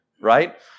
right